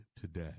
today